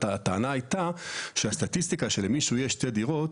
הטענה הייתה שהסטטיסטיקה שלמישהו יש שתי דירות,